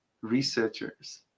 researchers